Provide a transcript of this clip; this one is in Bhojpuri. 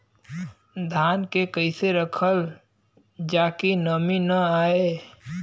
धान के कइसे रखल जाकि नमी न आए?